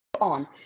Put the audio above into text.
on